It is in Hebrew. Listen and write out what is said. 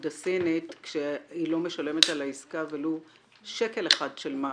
הסינית כשהיא לא משלמת על העסקה ולו שקל אחד של מס,